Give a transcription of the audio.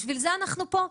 בשביל זה אנחנו פה.